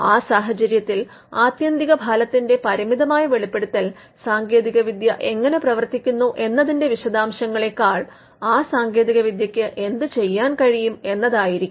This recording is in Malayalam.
ആ സാഹചര്യത്തിൽ ആത്യന്തിക ഫലത്തിന്റെ പരിമിതമായ വെളിപ്പെടുത്തൽ സാങ്കേതികവിദ്യ എങ്ങനെ പ്രവർത്തിക്കുന്നു എന്നതിന്റെ വിശദാംശങ്ങെളെക്കാൾ ആ സാങ്കേതികവിദ്യയ്ക്ക് എന്ത് ചെയ്യാൻ കഴിയും എന്നതായിരിക്കണം